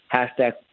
Hashtag